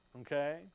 Okay